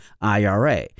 IRA